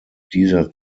dieser